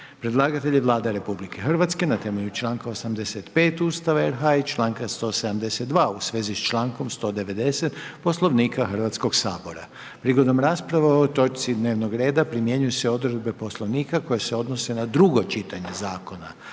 Predlagatelj je Vlada Republike Hrvatske na temelju članka 85. Ustava RH i članka 172. u svezi s člankom 190. Poslovnika Hrvatskog sabora. Prigodom rasprave o ovoj točci dnevnoga reda primjenjuju se odredbe Poslovnika koje se odnose na drugo čitanje zakona